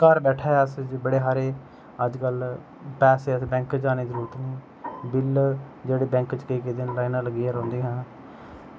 होर घर बैठे दे अस बड़े हारे अज्जकल पैसें ई बैंक जाने दी जरूरत गै नेईं बिल जेह्ड़े बैंक च लैनां लग्गी दियां रौहंदियां हियां